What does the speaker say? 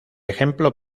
ejemplo